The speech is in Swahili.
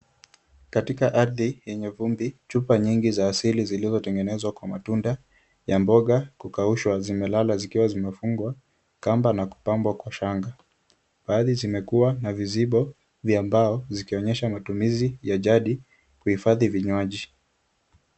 Katika ardhi yenye vumbi, chupa nyingi za asili zilizotengezwa kwa matunda ya mboga kukaushwa zimelala zikiwa zimefungwa kamba na kupambwa kwa shanga. Baadhi zimekuwa na vizibo vya mbao zikionyesha matumizi ya jadi kuhifadhi vinywaji.